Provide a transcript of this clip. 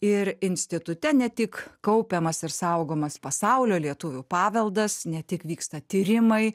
ir institute ne tik kaupiamas ir saugomas pasaulio lietuvių paveldas ne tik vyksta tyrimai